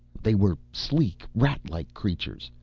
they were sleek, rat-like creatures,